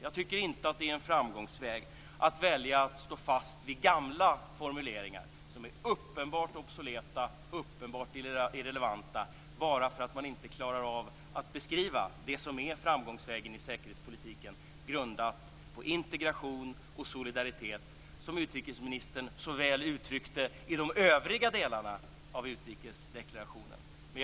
Jag tycker inte att det är en framgångsväg att välja att stå fast vid gamla formuleringar som är uppenbart obsoleta och uppenbart irrelevanta bara för att man inte klarar av att beskriva det som är framgångsvägen i säkerhetspolitiken grundat på integration och solidaritet, som utrikesministern så väl uttryckte i de övriga delarna av utrikesdeklarationen.